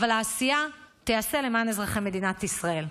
אבל העשייה תיעשה למען אזרחי מדינת ישראל.